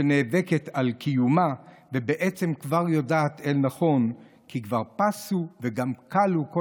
שנאבקת על קיומה ובעצם כבר יודעת אל נכון כי כבר פסו וגם כלו כל